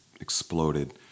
exploded